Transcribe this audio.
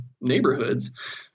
neighborhoods